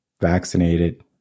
vaccinated